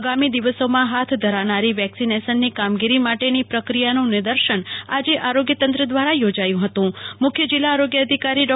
આગામી દિવસોમાં હાથધરાનારી વેક્સિનેશનની કામગીરી માટેની પ્રકિયાનું નિર્દેશન આજે આરોગ્યતંત્ર દ્રારા યોજાયુ હતું મુખ્ય જિલ્લા આરોગ્ય અધિકારી ડો